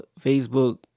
Facebook